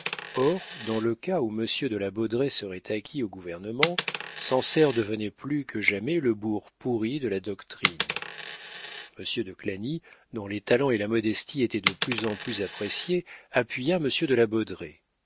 or dans le cas où monsieur de la baudraye serait acquis au gouvernement sancerre devenait plus que jamais le bourg pourri de la doctrine monsieur de clagny dont les talents et la modestie étaient de plus en plus appréciés appuya monsieur de la